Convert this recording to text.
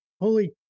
holy